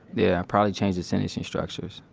yeah, probably change the sentencing structures.